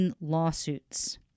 lawsuits